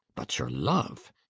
but your love!